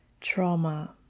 trauma